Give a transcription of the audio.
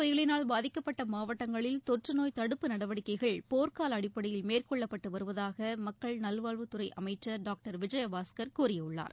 புயலினால் பாதிக்கப்பட்டமாவட்டங்களில் தொற்றுநோய் தடுப்பு நடவடிக்கைகள் கஐ போர்க்காலஅடிப்படையில் மேற்கொள்ளப்பட்டுவருவதாகமக்கள் நல்வாழ்வுத் துறைஅமைச்சர் டாக்டர் விஜயபாஸ்கர் கூறியுள்ளார்